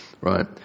right